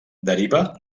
deriva